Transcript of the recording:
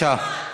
אורן,